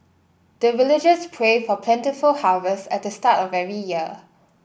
the villagers pray for plentiful harvest at the start of every year